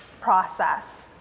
process